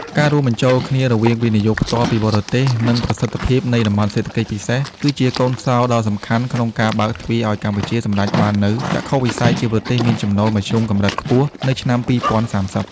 ការរួមបញ្ចូលគ្នារវាង វិនិយោគផ្ទាល់ពីបរទេស និងប្រសិទ្ធភាពនៃ តំបន់សេដ្ឋកិច្ចពិសេស គឺជាកូនសោរដ៏សំខាន់ក្នុងការបើកទ្វារឱ្យកម្ពុជាសម្រេចបាននូវចក្ខុវិស័យជាប្រទេសមានចំណូលមធ្យមកម្រិតខ្ពស់នៅឆ្នាំ ២០៣០។